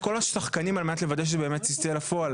את כל השחקנים על מנת לוודא שזה באמת יצא לפועל.